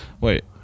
wait